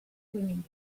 swimming